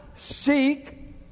seek